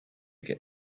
get